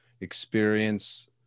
experience